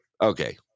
Okay